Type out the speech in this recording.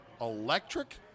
Electric